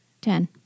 Ten